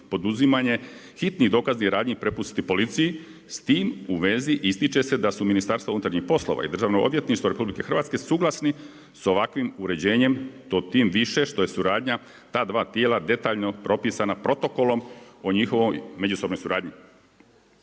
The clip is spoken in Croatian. poduzimanje hitnih dokaznih radnji prepusti policiji, s tim u vezi ističe se da su Ministarstvo unutarnjih poslova i Državno odvjetništvo RH, suglasni s ovakvim uređenjem, to tim više što je suradnja ta dva detalja, detaljno propisano protokolom o njihovoj međusobnoj suradnji.